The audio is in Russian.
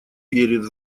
верит